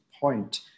point